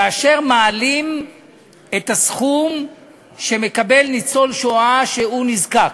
כאשר מעלים את הסכום שמקבל ניצול שואה שהוא נזקק,